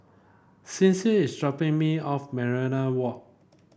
Sincere is dropping me off Minaret Walk